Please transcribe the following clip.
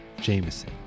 Jameson